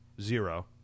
Zero